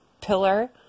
pillar